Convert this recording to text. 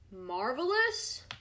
marvelous